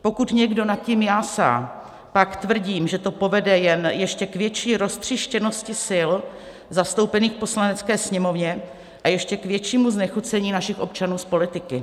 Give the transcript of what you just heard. Pokud někdo nad tím jásá, pak tvrdím, že to povede jen ještě k větší roztříštěnosti sil zastoupených v Poslanecké sněmovně a ještě k většímu znechucení našich občanů z politiky.